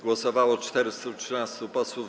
Głosowało 413 posłów.